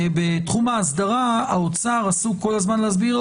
בדיון שלנו על ההסדרה משרד האוצר מנסה לשכנע אתנו